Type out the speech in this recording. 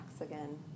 again